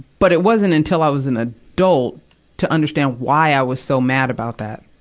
but it wasn't until i was an ah adult to understand why i was so mad about that,